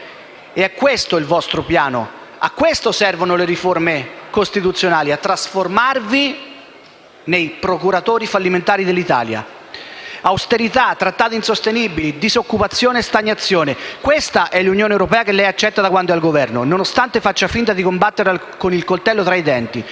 È questo il vostro piano, a questo servono le riforme costituzionali: a trasformarvi nei procuratori fallimentari dell'Italia. Austerità, trattati insostenibili, disoccupazione e stagnazione. Questa è l'Unione europea che lei accetta da quando è al Governo, nonostante faccia finta di combattere con il coltello tra i denti.